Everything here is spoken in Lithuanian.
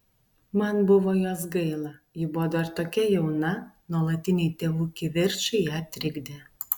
man buvo jos gaila ji buvo dar tokia jauna nuolatiniai tėvų kivirčai ją trikdė